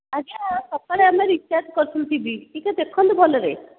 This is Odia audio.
ଆଜ୍ଞା ସକାଳେ ଆମେ ରିଚାର୍ଜ୍ କରିଥିଲୁ ଟି ଭି ଟିକିଏ ଦେଖନ୍ତୁ ଭଲରେ